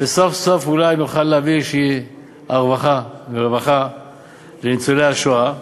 וסוף-סוף אולי נוכל להביא איזושהי רווחה לניצולי השואה.